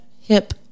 hip